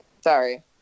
Sorry